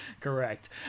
correct